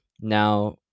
now